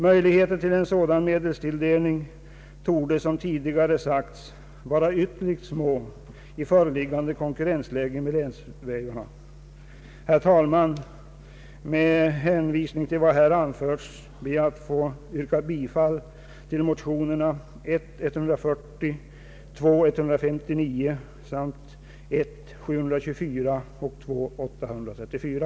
Möjligheterna till en sådan medelstilldelning torde, som tidigare sagts, vara ytterligt små i föreliggande konkurrens med länsvägarna. Herr talman! Med hänvisning till vad jag här anfört ber jag att få yrka bifall till motionerna I: 140 och II: 159 samt I: 724 och II: 834.